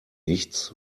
nichts